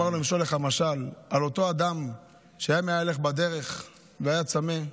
אמר לו: אמשול לך משל על אותו אדם שהיה מהלך בדרך והיה צמא.